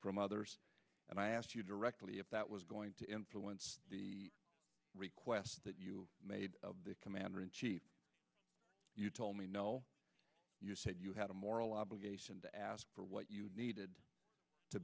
from others and i asked you directly if that was going to influence the request that you made the commander in chief you told me no you had a moral obligation to ask for what you needed to